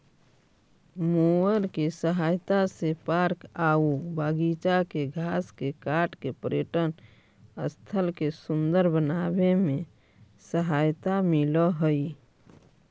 mower के सहायता से पार्क आऊ बागिचा के घास के काट के पर्यटन स्थल के सुन्दर बनावे में सहायता मिलऽ हई